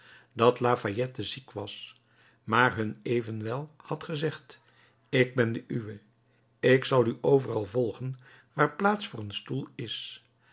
dat lafayette ziek was maar hun evenwel had gezegd ik ben de uwe ik zal u overal volgen waar plaats voor een stoel is